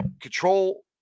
control